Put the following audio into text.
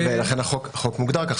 לכן החוק מוגדר כך.